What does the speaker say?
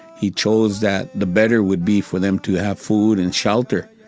he chose that the better would be for them to have food and shelter.